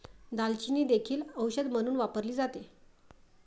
दालचिनी देखील औषध म्हणून वापरली जाते